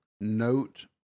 note